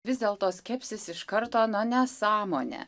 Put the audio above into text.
vis dėlto skepsis iš karto na nesąmonė